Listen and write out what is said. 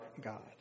God